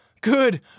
Good